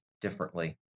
differently